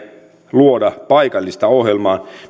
luoda paikallista ohjelmaa